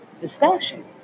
discussion